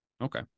Okay